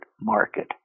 market